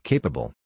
Capable